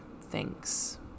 Thanks